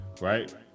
right